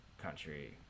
country